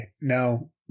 no